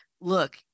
look